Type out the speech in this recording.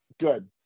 good